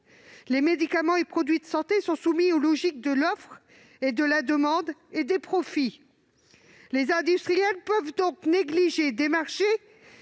Les médicaments et produits de santé sont soumis aux logiques de l'offre et de la demande et des profits. Les industriels peuvent donc négliger des marchés